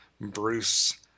Bruce